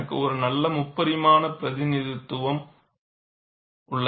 எனக்கு ஒரு நல்ல முப்பரிமாண பிரதிநிதித்துவம் உள்ளது